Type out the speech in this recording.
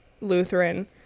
Lutheran